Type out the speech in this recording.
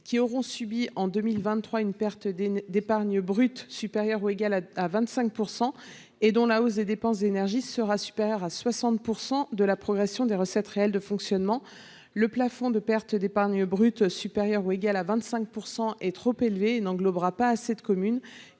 qui auront subi en 2023 une perte d'épargne brute supérieure ou égale à 25 % et dont la hausse des dépenses d'énergie sera supérieure à 60 % de la progression des recettes réelles de fonctionnement. Le plafond de perte d'épargne brute supérieure ou égale à 25 % est trop élevé et n'englobera pas assez de communes,